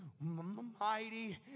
mighty